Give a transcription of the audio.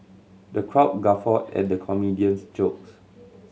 the crowd guffawed at the comedian's jokes